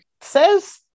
says